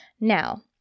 Now